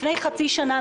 לפני חצי שנה.